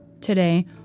Today